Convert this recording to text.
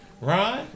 Ron